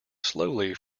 slowly